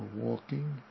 walking